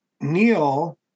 Neil